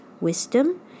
wisdom